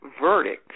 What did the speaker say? verdict